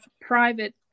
private